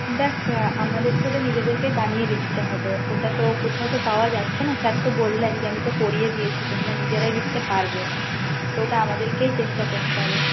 দেখ আমাদেরকে ওটা বানিয়ে লিখতে হবে ওটা তো কোথাও তো পাওয়া যাচ্ছে না স্যার তো বললেন যে আমি তো পড়িয়ে দিয়েছি তোমরা নিজেরাই লিখতে পারবে ওটা আমাদেরকেই চেষ্টা করতে হবে